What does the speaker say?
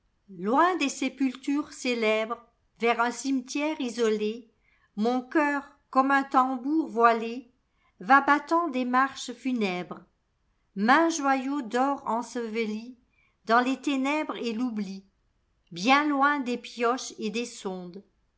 loin des sépultures célèbres vers un cimetière isolé mon cœur comme un tambour voilé va battant des marches funèbres maint joyau dort ensevelidans les ténèbres et l'oubli bien loin des pioches et des sondes